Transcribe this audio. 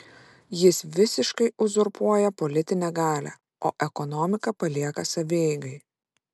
jis visiškai uzurpuoja politinę galią o ekonomiką palieka savieigai